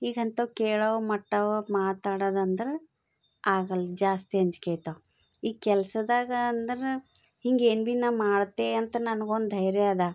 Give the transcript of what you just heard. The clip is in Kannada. ಈಗ ಅಂಥವು ಕೇಳವು ಮಟ್ಟವು ಮಾತಾಡೋದಂದ್ರೆ ಆಗಲ್ಲ ಜಾಸ್ತಿ ಅಂಜಿಕೆ ಆಯ್ತವ ಈಗ ಕೆಲಸದಾಗ ಅಂದ್ರೆ ಹಿಂಗೆ ಏನು ಭೀ ನಾನು ಮಾಡ್ತೆ ಅಂತ ನನ್ಗೊಂದು ಧೈರ್ಯ ಅದ